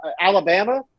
Alabama